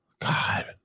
God